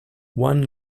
one